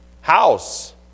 house